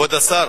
כבוד השר,